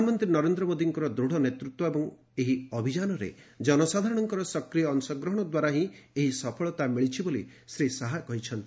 ପ୍ରଧାନମନ୍ତ୍ରୀ ନରେନ୍ଦ୍ର ମୋଦୀଙ୍କର ଦୂଢ଼ ନେତୃତ୍ୱ ଏବଂ ଏହି ଅଭିଯାନରେ ଜନସାଧାରଣଙ୍କର ସକ୍ରିୟ ଅଂଶଗ୍ରହଣ ଦ୍ୱାରା ହିଁ ଏହି ସଫଳତା ମିଳିଛି ବୋଲି ଶ୍ରୀ ଶାହା କହିଛନ୍ତି